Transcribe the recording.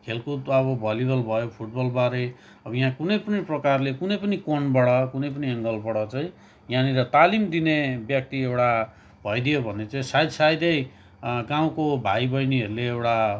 खेलकुद अब भलिबल भयो फुटबलबारे अब यहाँ कुनै पनि प्रकारले कुनै पनि कोणबाट कुनै पनि एङ्गलबाट चाहिँ यहाँनिर तालिम दिने व्यक्ति एउटा भइदिए भने चाहिँ सायद सायदै गाउँको भाइ बहिनीहरूले एउटा